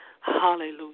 hallelujah